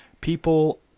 People